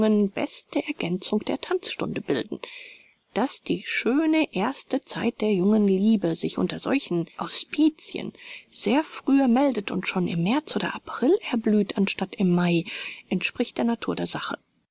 beste ergänzung der tanzstunde bilden daß die schöne erste zeit der jungen liebe sich unter solchen auspicien sehr frühe meldet und schon im märz oder april erblüht anstatt im mai entspricht der natur der sache